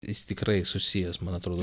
jis tikrai susijęs man atrodo